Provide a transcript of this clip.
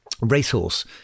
racehorse